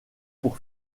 pour